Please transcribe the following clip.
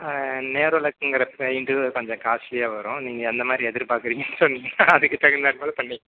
ஆ நேரோலெக்குங்கிற பெயிண்ட்டு கொஞ்சம் காஸ்ட்லியாக வரும் நீங்கள் எந்தமாதிரி எதிர்பார்க்குறீங்க சொன்னிங்கன்னால் அதுக்கு தகுந்தாற்போல் பண்ணிக்